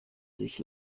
sich